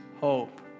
hope